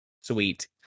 Sweet